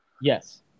Yes